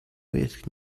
with